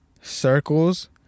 Circles